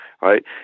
right